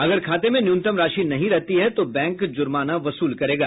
अगर खाते में न्यूनतम राशि नहीं रहती है तो बैंक जुर्माना वसूल करेगा